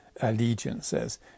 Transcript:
allegiances